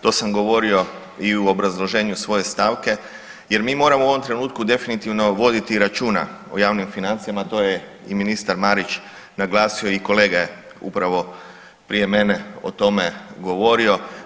To sam govorio i u obrazloženju svoje stavke jer mi moramo u ovom trenutku definitivno voditi računa o javnim financijama, to je i ministar Marić naglasio i kolega je upravo prije mene o tome govorio.